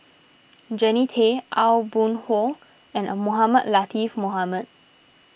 Jannie Tay Aw Boon Haw and Mohamed Latiff Mohamed